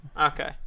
Okay